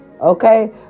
okay